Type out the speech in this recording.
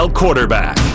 quarterback